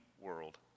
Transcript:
world